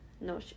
No